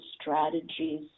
strategies